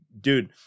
Dude